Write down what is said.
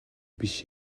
биш